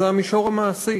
זה המישור המעשי.